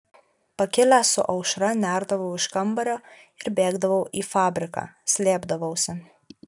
pakilęs su aušra nerdavau iš kambario ir bėgdavau į fabriką slėpdavausi